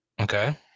Okay